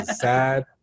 sad